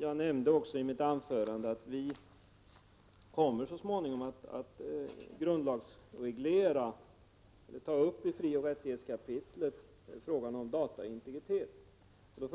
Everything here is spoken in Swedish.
Jag nämnde också i mitt anförande av vi så småningom kommer att föreslå att man grundlagsreglerar frågan om dataintegritet i frioch rättighetskapitlet. Bo Hammar frågar när vi kommer att